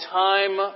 time